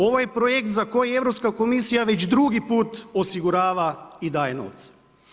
Ovo je projekt za koji je Europska komisija već drugi put osigurava i daje novce.